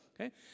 Okay